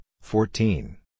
fourteen